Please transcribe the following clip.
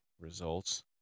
results